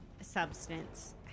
substance